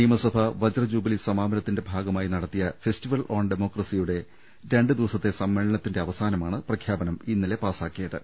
നിയമസഭാ വജ്ര ജൂബിലി സമാപനത്തിന്റെ ഭാഗമായി നടത്തിയ ഫെസ്റ്റിവൽ ഓൺ ഡമോ ക്രസിയുടെ രണ്ടുദിവസത്തെ സമ്മേളനത്തിന്റെ അവസാനമാണ് പ്രഖ്യാ പനം ഇന്നലെ പാസാക്കിയത്